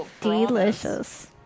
Delicious